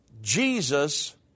Jesus